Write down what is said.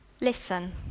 Listen